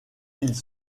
ils